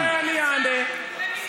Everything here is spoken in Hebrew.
אני לא, הורים